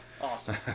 awesome